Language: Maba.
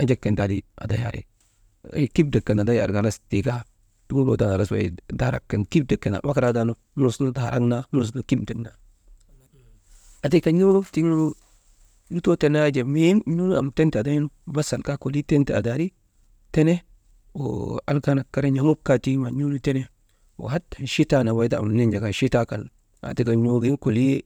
enjek kan ti aday «hesitation» kipdek kan ti aday arka halas tii kaa troda ka ti wey daarak kan, kipdek kan, am akaraataanu, nus nu daarak naa, nus nu kipdek naa. Aa tika tiŋ n̰uu nu tiŋ lutoo tenee yak jaa am muhim tentee adaynu, basal kaa kolii tentee adaari, tene, alkaanak tiŋ n̰amuk kaa tiŋ n̰uu nu tene, wa hatan chitaa nambay ka am nin̰dak ay chitaa kan aa tika n̰ugin kolii.